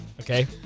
okay